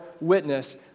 witness